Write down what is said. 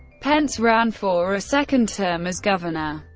pence ran for a second term as governor.